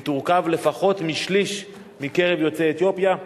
והיא תורכב משליש לפחות מקרב יוצאי אתיופיה.